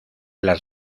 las